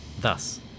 Thus